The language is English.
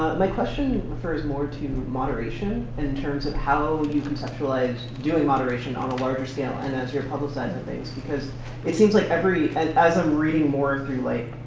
my question refers more to moderation, in terms of how you conceptualize doing moderation on a larger scale and as you're publicizing things. because it seems like every and as i'm reading more through, like